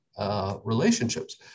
relationships